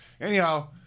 Anyhow